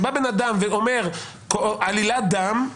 שבא בן אדם ואומר עלילת דם,